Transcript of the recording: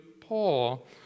Paul